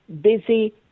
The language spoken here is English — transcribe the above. busy